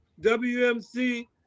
WMC